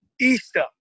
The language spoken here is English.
Easter